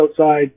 outside